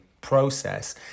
process